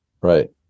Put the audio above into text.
Right